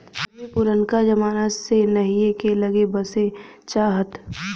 अदमी पुरनका जमाना से नहीए के लग्गे बसे चाहत